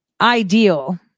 ideal